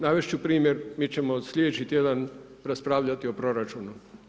Navesti ću primjer, mi ćemo sljedeći tjedan raspravljati o proračunu.